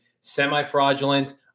semi-fraudulent